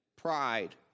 pride